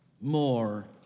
more